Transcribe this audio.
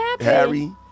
harry